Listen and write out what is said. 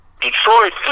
Detroit